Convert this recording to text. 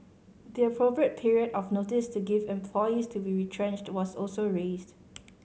the appropriate period of notice to give employees to be retrenched was also raised